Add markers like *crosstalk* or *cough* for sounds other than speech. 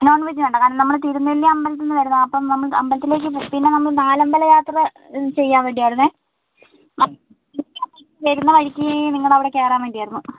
non veg വേണ്ട കാരണം നമ്മൾ തിരുനെല്ലി അമ്പലത്തിൽ നിന്ന് വരുന്നതാണ് അപ്പം നമ്മൾ അമ്പലത്തിലേക്ക് പിന്നെ നമ്മൾ നാലമ്പല യാത്ര ചെയ്യാൻ വേണ്ടി ആയിരുന്നേ *unintelligible* വരുന്ന വഴിക്ക് നിങ്ങളുടെ അവിടെ കയറാൻ വേണ്ടി ആയിരുന്നു